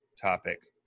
topic